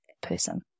person